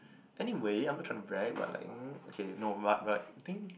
anyway I'm not trying to brag but like mm okay no but but the thing